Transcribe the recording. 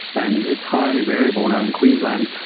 and it's highly variable now in queensland,